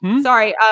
Sorry